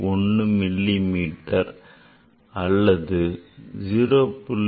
1 millimetre அல்லது 0